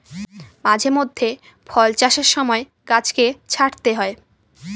মাঝে মধ্যে ফল চাষের সময় গাছকে ছাঁটতে হয়